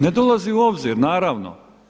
Ne dolazi u obzir naravno.